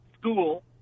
school